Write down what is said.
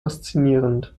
faszinierend